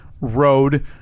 road